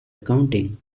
accounting